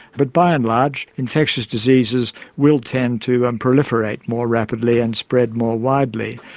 but by and large infectious diseases will tend to proliferate more rapidly and spread more widely.